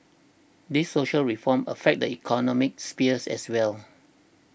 these social reforms affect the economic spheres as well